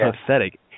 pathetic